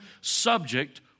subject